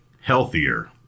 healthier